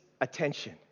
attention